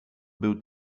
był